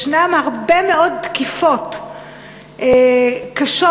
יש הרבה מאוד תקיפות קשות.